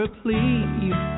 please